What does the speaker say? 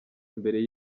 mbere